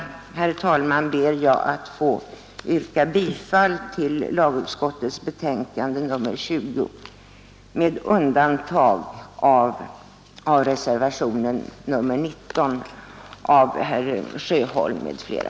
Med det anförda ber jag att få yrka bifall till utskottets hemställan på samtliga punkter i lagutskottets betänkande nr 20 utom när det gäller möjlighet för ogifta föräldrar att utöva vårdnaden gemensamt, där jag yrkar bifall till reservationen 19 av herr Sjöholm m.fl.